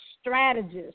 strategist